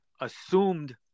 assumed